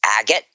agate